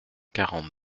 quarante